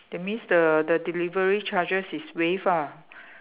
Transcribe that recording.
that means the the delivery charges is waived ah